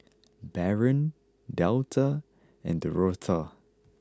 Barron Delta and Dorotha